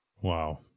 Wow